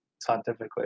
scientifically